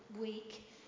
week